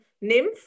nymph